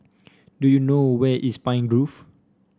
do you know where is Pine Grove